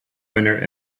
winner